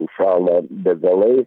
užšala degalai